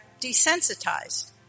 desensitized